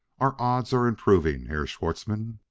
our odds are improving, herr schwartzmann.